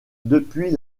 depuis